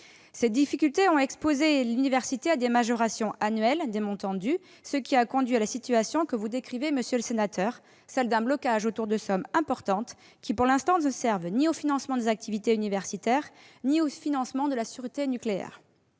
Ces difficultés ont exposé l'université à des majorations annuelles des montants dus, ce qui a conduit à la situation que vous décrivez, monsieur le sénateur, celle d'un blocage autour de sommes importantes, qui, pour l'instant, ne servent ni au financement des activités universitaires ni au financement de la sûreté nucléaire.